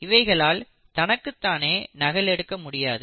இவைகளால் தனக்குத்தானே நகல் எடுக்க முடியாது